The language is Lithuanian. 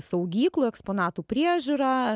saugyklų eksponatų priežiūra